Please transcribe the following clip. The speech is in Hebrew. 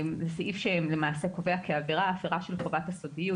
זה סעיף שקובע כעבירה הפרה של חובת הסודיות.